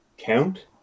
count